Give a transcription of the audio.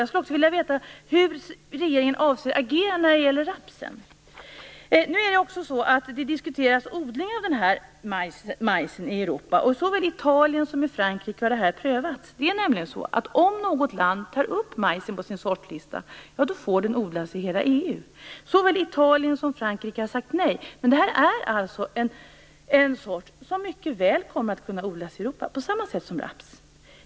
Jag skulle också vilja veta hur regeringen avser agera när det gäller rapsen. Nu diskuteras det också odling av den här majsen i Europa. I såväl Italien som Frankrike har detta prövats. Det är nämligen så att om något land tar upp majsen på sin sortlista får den odlas i hela EU. Såväl Italien som Frankrike har sagt nej, men detta är alltså en sort som mycket väl kommer att kunna odlas i Europa på samma sätt som raps.